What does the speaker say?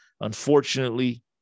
unfortunately